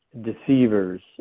Deceivers